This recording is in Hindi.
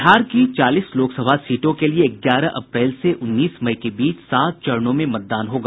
बिहार की चालीस लोकसभा सीटों के लिए ग्यारह अप्रैल से उन्नीस मई के बीच सात चरणों में मतदान होगा